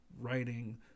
writing